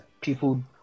people